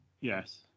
Yes